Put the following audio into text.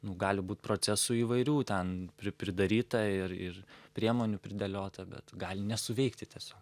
nu gali būt procesų įvairių ten pri pridaryta ir ir priemonių pridėliota bet gali nesuveikti tiesio